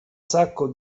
sacco